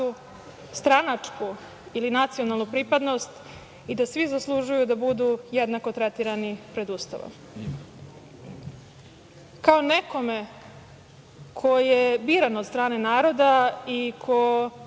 stranačku ili nacionalnu pripadnost i da svi zaslužuju da budu jednako tretirani pred Ustavom. Kao nekome ko je biran od strane naroda i ko